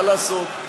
מה לעשות.